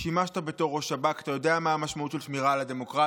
כי שימשת בתור ראש שב"כ ואתה יודע מה המשמעות של שמירה על הדמוקרטיה,